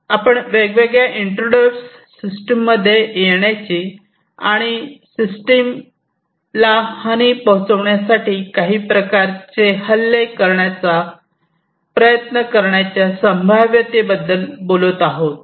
आपण वेगवेगळ्या इंट्रोडर सिस्टममध्ये येण्याची आणि सिस्टमला हानी पोहोचवण्यासाठी काही प्रकारचे हल्ले करण्याचा प्रयत्न करण्याच्या संभाव्यतेबद्दल बोलत आहोत